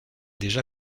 déjà